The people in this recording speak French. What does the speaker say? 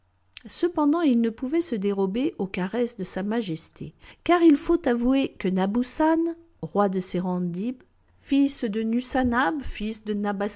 cependant il ne pouvait se dérober aux caresses de sa majesté car il faut avouer que nabussan roi de serendib fils de nussanab fils de